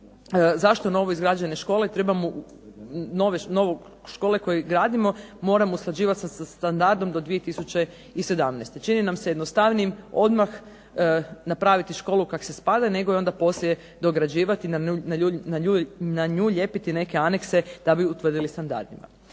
zašto novo izgrađene škole, dakle škole koje gradimo moramo uspoređivati sa standardima do 2017. Čini nam se jednostavnijim odmah napraviti školu kako spada nego je onda poslije dograđivati, na nju lijepiti neke anekse da bi utvrdili standardima.